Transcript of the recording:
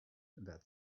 that